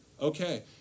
Okay